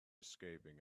escaping